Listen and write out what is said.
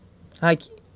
hi